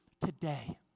today